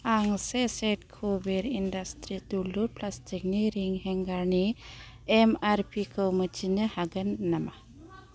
आं से set Kuber industry दुलुर प्लास्टिकनि रिं हेंगारनि एम आर पि खौ मिथिनो हागोन नामा